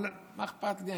אבל מה אכפת לי?